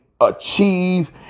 achieve